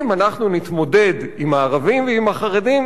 אם אנחנו נתמודד עם הערבים ועם החרדים,